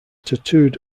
tattooed